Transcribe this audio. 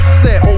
set